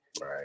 Right